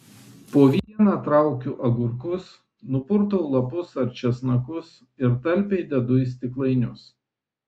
po vieną traukiu agurkus nupurtau lapus ar česnakus ir talpiai dedu į stiklainius